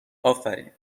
افرین